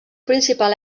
principal